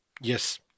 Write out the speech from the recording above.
Yes